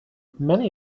many